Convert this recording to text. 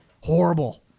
Horrible